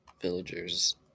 villagers